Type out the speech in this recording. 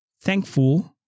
thankful